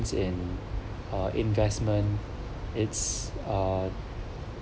in uh investment it's uh